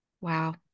Wow